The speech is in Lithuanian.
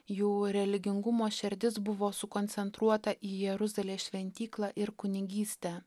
jų religingumo šerdis buvo sukoncentruota į jeruzalės šventyklą ir kunigystę